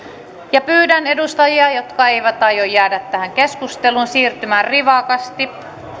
pyydän edustajia jotka eivät aio jäädä tähän keskusteluun siirtymään rivakasti